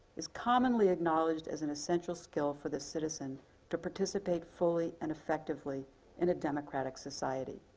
is commonly acknowledged as an essential skill for the citizen to participate fully and effectively in a democratic society.